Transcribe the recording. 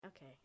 Okay